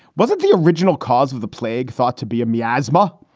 wasn't the original cause of the plague thought to be a miasma?